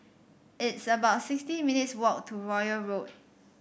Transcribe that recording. it's about sixty minutes walk to Royal Road